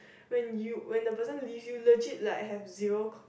when you when the person leave you legit like have zero